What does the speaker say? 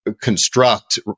construct